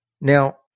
Now